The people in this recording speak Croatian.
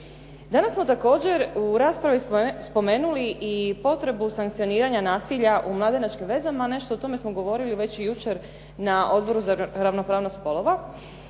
Danas smo također u raspravi spomenuli i potrebu sankcioniranja nasilja u mladenačkim vezama, a nešto o tome smo govorili već i jučer na Odboru za ravnopravnost spolova.